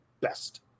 best